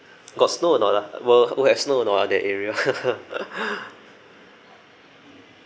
got snow or not ah will will have snow or not ah that area